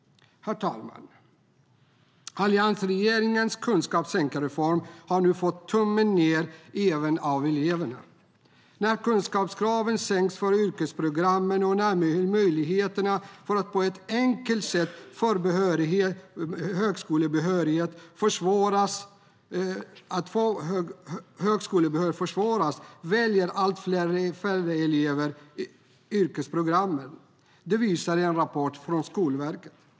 Herr talman! Alliansregeringens kunskapssänkarreform har nu fått tummen ned även av eleverna. När kunskapskraven sänks för yrkesprogrammen och när möjligheterna att på ett enkelt sätt få högskolebehörighet försvåras väljer allt färre elever yrkesprogrammen. Det visar en rapport från Skolverket.